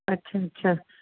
अच्छा अच्छा